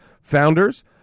founders